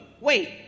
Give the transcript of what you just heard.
wait